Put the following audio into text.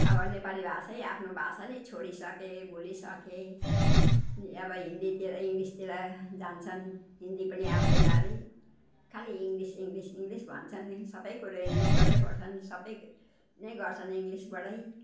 अब नेपाली भाषै आफ्नो भाषा नै छोडिसके भुलिइसके अब हिन्दीतिर इङ्लिसतिर जान्छन् हिन्दी पनि आउँदैन अरे खालि इङ्लिस इङ्लिस इङ्लिस भन्छन् सबै कुरो इङ्लिसबाटै पढ्छन् सबै नै गर्छन् इङ्लिसबाटै